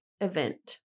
event